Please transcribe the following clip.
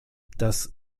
das